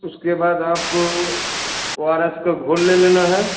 उसके बाद आपको ओ आर एस का घोल ले लेना है